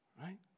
right